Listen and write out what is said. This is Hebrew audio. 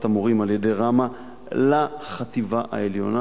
המורים על-ידי ראמ"ה לחטיבה העליונה,